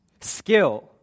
skill